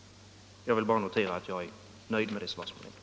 Jag vill bara notera att jag är nöjd med det svar som har lämnats.